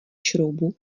šroubů